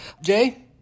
Jay